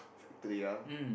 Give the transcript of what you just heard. three ya